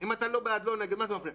אם אתה לא בעד ולא נגד, מה זה מפריע?